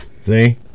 See